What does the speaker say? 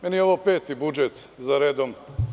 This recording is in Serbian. Meni je ovo peti budžet za redom.